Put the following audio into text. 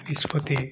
ନିଷ୍ପତି